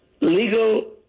Legal